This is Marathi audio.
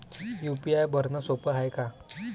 यू.पी.आय भरनं सोप हाय का?